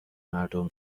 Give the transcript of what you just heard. مردم